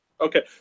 Okay